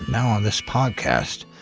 now on this podcast.